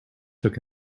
took